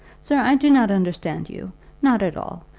sir, i do not understand you not at all.